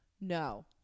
No